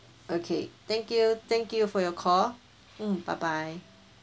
okay thank you thank you for your call mm bye bye